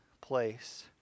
place